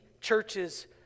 churches